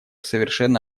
совершенно